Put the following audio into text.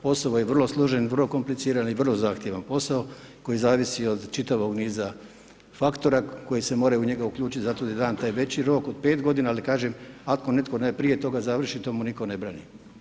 Posao je vrlo složen i vrlo kompliciran i vrlo zahtjevan posao koji zavisi od čitavog niza faktora koji se moraju u njega uključiti, zato je i dan taj veći rok od 5 g. ali kažem, ako netko ... prije toga završi, to mu nitko ne brani.